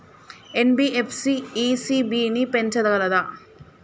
NBFC ECB ని పెంచగలదా?